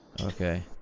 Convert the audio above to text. Okay